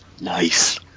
nice